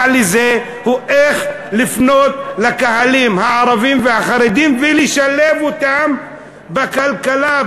לזה היא לפנות לקהלים הערבים והחרדים ולשלב אותם בכלכלה,